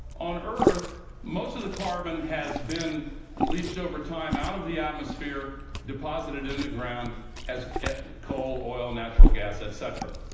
on earth, most of the carbon has been leeched over time out of the atmosphere, deposited in the ground as coal, oil, natural gas, etc.